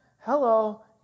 hello